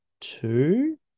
two